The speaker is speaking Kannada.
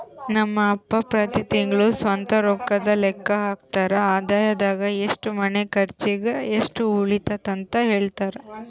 ನಮ್ ಅಪ್ಪ ಪ್ರತಿ ತಿಂಗ್ಳು ಸ್ವಂತ ರೊಕ್ಕುದ್ ಲೆಕ್ಕ ಹಾಕ್ತರ, ಆದಾಯದಾಗ ಎಷ್ಟು ಮನೆ ಕರ್ಚಿಗ್, ಎಷ್ಟು ಉಳಿತತೆಂತ ಹೆಳ್ತರ